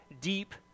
deep